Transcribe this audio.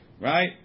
right